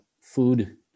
food